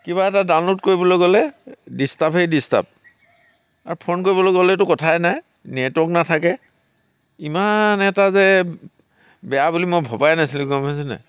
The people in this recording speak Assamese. কিবা এটা ডাউনলোড কৰিবলৈ গ'লে ডিষ্টাৰ্ব হে ডিষ্টাৰ্ব আৰু ফোন কৰিবলৈ গ'লেতো কথাই নাই নেটৱৰ্ক নেথাকে ইমান এটা যে বেয়া বুলি মই ভবাই নাছিলোঁ গম পাইছ নে নাই